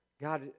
God